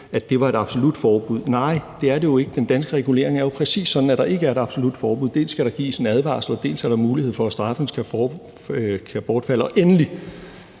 tiggeri var et absolut forbud. Nej, det er det jo ikke. Den danske regulering er jo præcis sådan, at der ikke er et absolut forbud. Dels skal der gives en advarsel, dels er der mulighed for, at straffen kan bortfalde. Endelig,